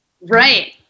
Right